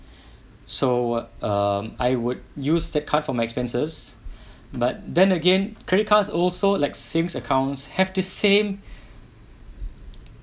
so um I would use that card for my expenses but then again credit cards also like same accounts have the same